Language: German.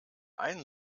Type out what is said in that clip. einen